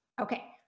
Okay